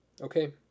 Okay